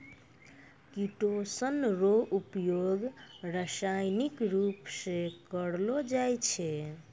chitosan रो उपयोग रासायनिक रुप से करलो जाय छै